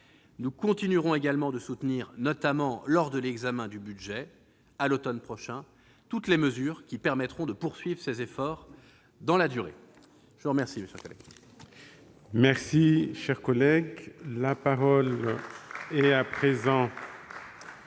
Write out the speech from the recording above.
Nous continuerons également de soutenir, notamment lors de l'examen du budget à l'automne prochain, toutes les mesures qui permettront de poursuivre ces efforts dans la durée. La parole est à M. Vincent Delahaye.